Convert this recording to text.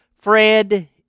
Fred